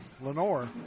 Lenore